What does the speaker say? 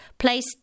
Place